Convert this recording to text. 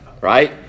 right